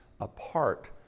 apart